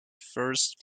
first